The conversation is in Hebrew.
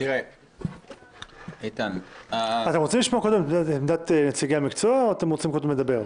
אתם רוצים לשמוע קודם את עמדת נציגי המקצוע או קודם לדבר?